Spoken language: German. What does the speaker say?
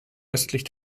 östlich